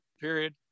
period